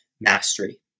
mastery